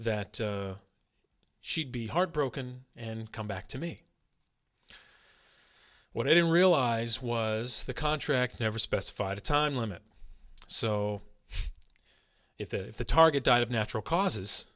that she'd be heartbroken and come back to me what i didn't realize was the contract never specified a time limit so if if the target died of natural causes